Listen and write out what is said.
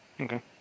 Okay